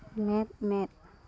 ᱢᱮᱫ ᱢᱮᱫ